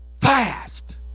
fast